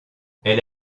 elle